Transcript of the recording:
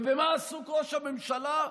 ובמה עסוק ראש הממשלה?